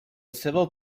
civil